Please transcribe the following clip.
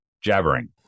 jabbering